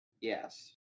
Yes